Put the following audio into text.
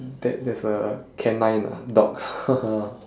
that there's a canine ah dog